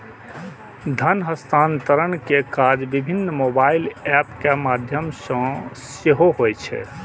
धन हस्तांतरण के काज विभिन्न मोबाइल एप के माध्यम सं सेहो होइ छै